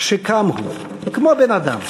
/ כשקם הוא כמו בן אדם.